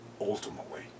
ultimately